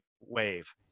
wave